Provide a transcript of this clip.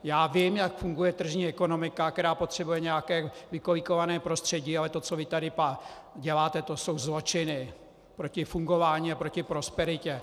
Já vím, jak funguje tržní ekonomika, která potřebuje nějaké vykolíkované prostředí, ale to, co vy tady děláte, to jsou zločiny proti fungování a proti prosperitě!